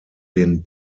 den